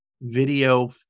video